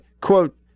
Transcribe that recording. quote